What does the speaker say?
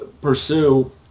pursue